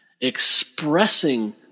expressing